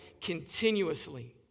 Continuously